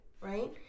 right